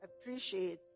appreciate